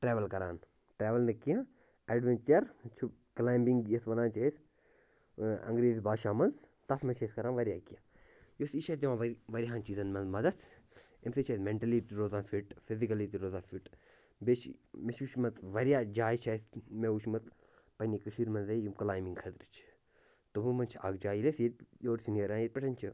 travel کران travel نہٕ کیٚنٛہہ ایڈویٚنچَر چھِ کٕلاینٛبنٛگ یَتھ وَنان چھِ أسۍ ٲں انگریٖزی باشا منٛز تَتھ منٛز چھِ أسۍ کران واریاہ کیٚنٛہہ یۄس یہِ چھِ اسہِ دِوان واریاہَن چیٖزَن منٛز مدد اَمہِ سۭتۍ چھِ أسۍ میٚنٹلی تہِ روزان فِٹ فِزِکٕلی تہِ روزان فِٹ بیٚیہِ چھِ مےٚ چھِ وُچھمَژ واریاہ جایہِ چھِ اسہِ مےٚ وُچھمَژ پَننہِ کٔشیٖرِ منٛزٕے یِم کٕلاینٛبنٛگ خٲطرٕ چھِ تِمَو منٛز چھِ اَکھ جاے یۄس ییٚتہِ یور چھِ نیران ییٚتہِ پٮ۪ٹھ چھِ